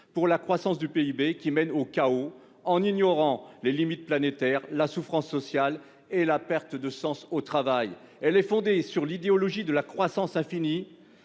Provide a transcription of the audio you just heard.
pour la croissance du PIB, qui mène au chaos, en ignorant les limites planétaires, la souffrance sociale et la perte de sens au travail. Elle est fondée sur l'idéologie de la croissance infinie